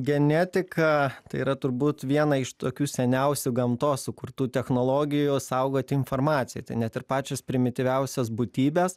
genetika tai yra turbūt viena iš tokių seniausių gamtos sukurtų technologijų saugoti informaciją tai net ir pačios primityviausios būtybės